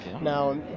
Now